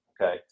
Okay